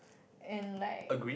and like